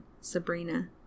Sabrina